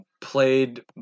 played